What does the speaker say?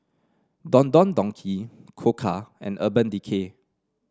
Don Don Donki Koka and Urban Decay